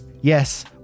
Yes